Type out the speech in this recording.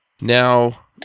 Now